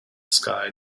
sky